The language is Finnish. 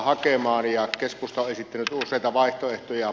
keskusta on esittänyt useita vaihtoehtoja